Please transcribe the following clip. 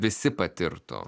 visi patirtų